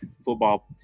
football